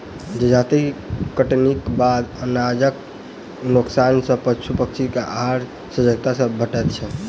जजाति कटनीक बाद अनाजक नोकसान सॅ पशु पक्षी के आहार सहजता सॅ भेटैत छै